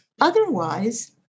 Otherwise